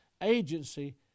agency